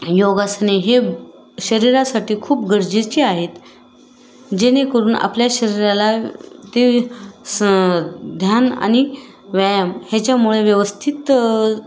योगासने हे शरीरासाठी खूप गरजेचे आहेत जेणेकरून आपल्या शरीराला ते स ध्यान आणि व्यायाम ह्याच्यामुळे व्यवस्थित